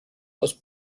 aus